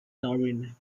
darwin